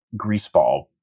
greaseball